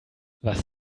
was